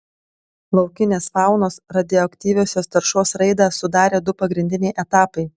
laukinės faunos radioaktyviosios taršos raidą sudarė du pagrindiniai etapai